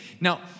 Now